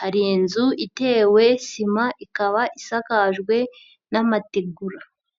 hari inzu itewe sima ikaba isakajwe n'amategura.